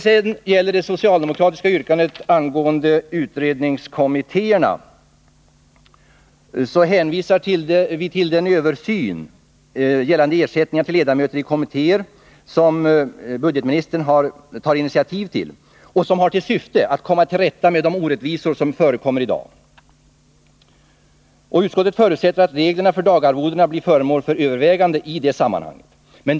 Vad gäller det socialdemokratiska yrkandet angående utredningskommittéerna hänvisar vi till den översyn av gällande ersättningar för ledamöter i kommittéer som budgetministern har tagit initiativ till och som har till syfte att komma till rätta med de orättvisor som förekommer i dag. Utskottet förutsätter att reglerna för dagarvodena blir föremål för övervägande i det sammanhanget.